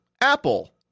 Apple